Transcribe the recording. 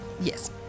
Yes